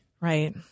Right